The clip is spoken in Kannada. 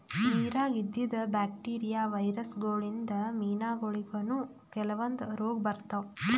ನಿರಾಗ್ ಇದ್ದಿದ್ ಬ್ಯಾಕ್ಟೀರಿಯಾ, ವೈರಸ್ ಗೋಳಿನ್ದ್ ಮೀನಾಗೋಳಿಗನೂ ಕೆಲವಂದ್ ರೋಗ್ ಬರ್ತಾವ್